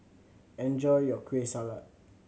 enjoy your Kueh Salat